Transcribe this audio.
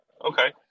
Okay